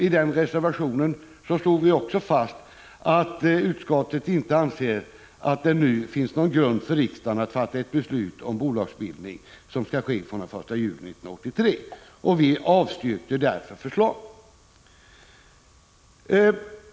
I den reservationen slog vi också fast att vi inte ansåg att det ”nu finns någon grund för riksdagen att fatta beslut om att bolagsbildningen skall ske den 1 juli 1983”. Vi avstyrkte därför förslaget.